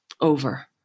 over